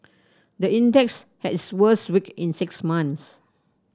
the index had its worst week in six months